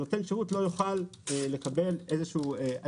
נותן שירות לא יוכל לקבל עדיפות